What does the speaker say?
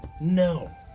No